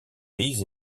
pays